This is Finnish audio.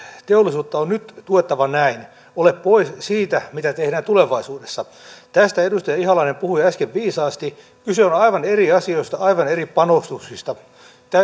teollisuutta on nyt tuettava näin ole pois siitä mitä tehdään tulevaisuudessa tästä edustaja ihalainen puhui äsken viisaasti kyse on on aivan eri asioista aivan eri panostuksista